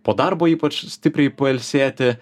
po darbo ypač stipriai pailsėti